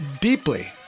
Deeply